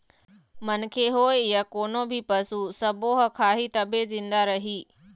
मनखे होए य कोनो भी पसू सब्बो ह खाही तभे जिंदा रइही